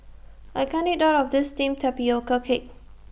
I can't eat All of This Steamed Tapioca Cake